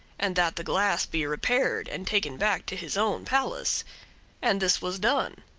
and that the glass be repaired and taken back to his own palace and this was done.